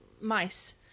Mice